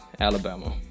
Alabama